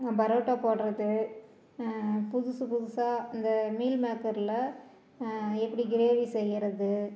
பரோட்டா போடுறது புதுசு புதுசாக இந்த மீள்மேக்கரில் எப்படி க்ரேவி செய்கிறது